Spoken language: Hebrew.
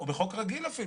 או בחוק רגיל אפילו.